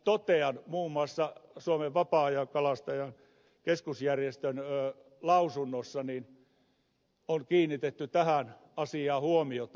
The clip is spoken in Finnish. totean muun muassa että suomen vapaa ajankalastajien keskusjärjestön lausunnossa on kiinnitetty tähän asiaan huomiota